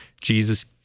Jesus